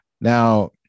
Now